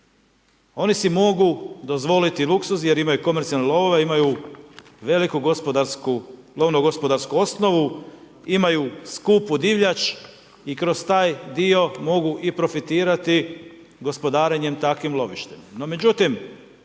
Oni si mogu dozvoliti luksuz jer imaju komercijalne lovove, imaju veliku gospodarsku, lovno gospodarsku osnovu, imaju skupu divljač i kroz taj dio mogu i profitirati gospodarenjem takvim lovištem.